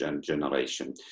generation